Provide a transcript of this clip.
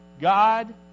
God